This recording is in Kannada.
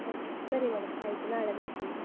ಓಕೆ ಸರಿ ಮೇಡಮ್ ಆಯಿತು ನಾಳೆ ಬರ್ತೀವಿ